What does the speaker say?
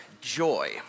Joy